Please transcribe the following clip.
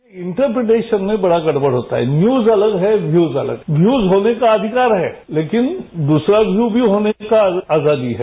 ये इन्टर्पिटेशन में बड़ा गडबड़ होता है न्यूज अलग है व्यूज अलग है न्यूज होने का अधिकार है लेकिन दूसरा व्यज भी होने की आजादी है